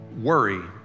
Worry